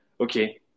Okay